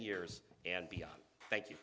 years and beyond thank you